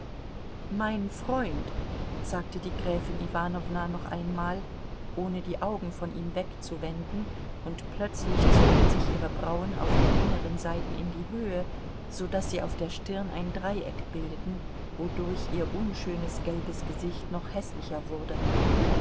mein freund sagte die gräfin iwanowna noch einmal ohne die augen von ihm wegzuwenden und plötzlich zogen sich ihre brauen auf den inneren seiten in die höhe so daß sie auf der stirn ein dreieck bildeten wodurch ihr unschönes gelbes gesicht noch häßlicher wurde